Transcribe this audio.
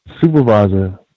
supervisor